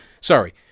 Sorry